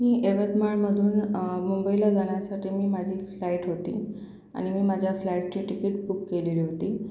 मी यवतमाळमधून मुंबईला जाण्यासाठी मी माझी फ्लाईट होती आणि मी माझ्या फ्लाईटचे टिकीट बुक केलेली होती